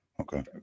Okay